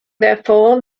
therefore